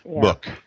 book